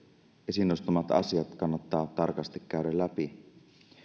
esiin nostamat asiat kannattaa tarkasti käydä läpi